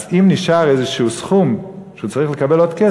אז אם נשאר איזשהו סכום כסף שהוא צריך עוד לקבל,